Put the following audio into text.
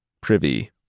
privy